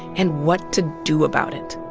and what to do about it.